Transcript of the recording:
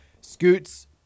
Scoots